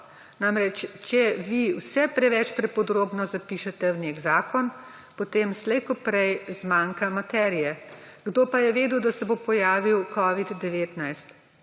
širok. Če vi vse preveč prepodrobno zapišete v nek zakon, potem slej ko prej zmanjka materije. Kdo pa je vedel, da se bo pojavil covid-19?